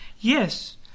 yes